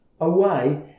away